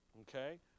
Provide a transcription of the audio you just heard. Okay